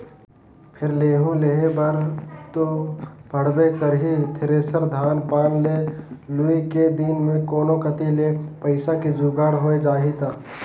फेर लेहूं लेहे बर तो पड़बे करही थेरेसर, धान पान के लुए के दिन मे कोनो कति ले पइसा के जुगाड़ होए जाही त